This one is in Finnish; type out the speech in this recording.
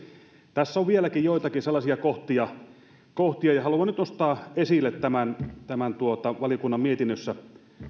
tässä on vieläkin joitakin sellaisia kohtia kohtia ja haluan nyt nostaa esille valiokunnan mietinnössä